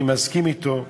אני מסכים אתה,